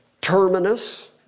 terminus